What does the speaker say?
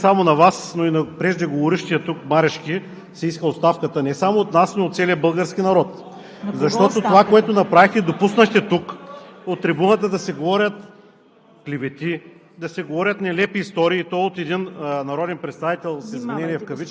Уважаема госпожо Председател, уважаеми колеги! Уважаема госпожо Караянчева, мисля, че с основание не само на Вас, но и на преждеговорившия тук Марешки се иска оставката не само от нас, но от целия български народ. (Шум и реплики.) Защото това, което направихте, допуснахте тук от трибуната да се говорят